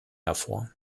hervor